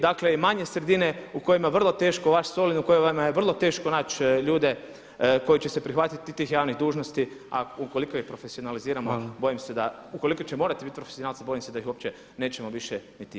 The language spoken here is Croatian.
Dakle i manje sredine u kojima vrlo teško vaš Solin u kojemu vam je vrlo teško naći ljude koji će se prihvatiti tih javnih dužnosti, a ukoliko ih profesionaliziramo bojim se da [[Upadica predsjednik: Hvala.]] ukoliko će morati biti profesionalci bojim se da ih uopće nećemo više niti imati.